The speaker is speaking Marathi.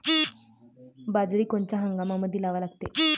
बाजरी कोनच्या हंगामामंदी लावा लागते?